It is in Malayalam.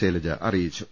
ശൈലജ അറിയിച്ചു